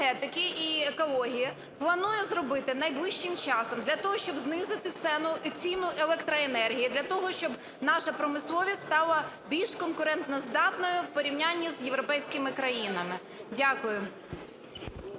енергетики і екології планує зробити найближчим часом для того щоб знизити ціну електроенергії для того, щоб наша промисловість стала більш конкурентоздатною в порівнянні з європейськими країнами? Дякую.